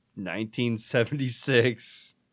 1976